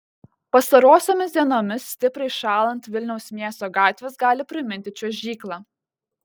pastarosiomis dienomis stipriai šąlant vilniaus miesto gatvės gali priminti čiuožyklą